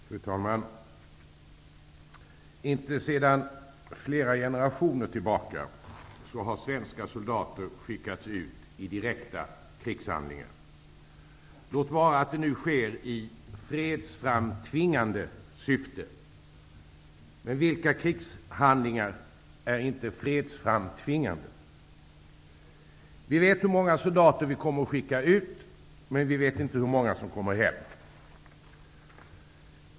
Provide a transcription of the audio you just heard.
Fru talman! Inte sedan flera generationer tillbaka har svenska soldater skickats ut i direkta krigshandlingar, låt vara att det nu sker i fredsframtvingande syfte. Men vilka krigshandlingar är inte fredsframtvingande? Vi vet hur många soldater vi kommer att skicka ut, men vi vet inte hur många som kommer hem.